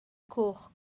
cwch